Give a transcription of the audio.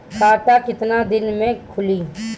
खाता कितना दिन में खुलि?